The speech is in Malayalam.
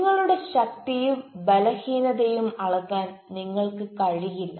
നിങ്ങളുടെ ശക്തിയും ബലഹീനതയും അളക്കാൻ നിങ്ങൾക്ക് കഴിയില്ല